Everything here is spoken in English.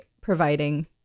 providing